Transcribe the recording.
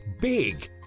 Big